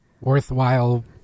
Worthwhile